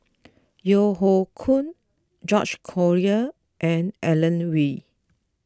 Yeo Hoe Koon George Collyer and Alan Oei